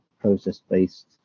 process-based